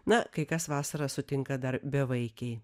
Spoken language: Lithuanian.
na kai kas vasarą sutinka dar bevaikiai